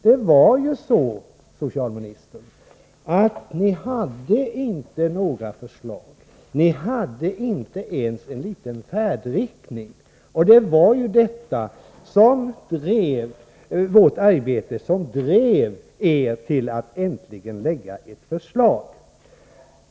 Det var ju så, socialministern, att ni inte hade några förslag. Ni hade inte ens något av en färdriktning. Det var detta som drev oss i vårt arbete, vilket gjorde att ni äntligen lade fram ett förslag.